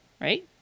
Right